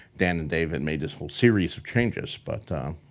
dan and david made this whole series of changes. but